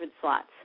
slots